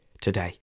today